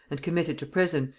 and committed to prison,